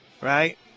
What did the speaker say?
right